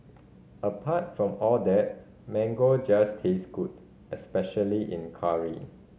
apart from all that mango just taste good especially in curry